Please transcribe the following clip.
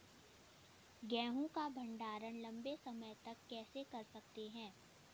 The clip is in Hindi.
गेहूँ का भण्डारण लंबे समय तक कैसे कर सकते हैं?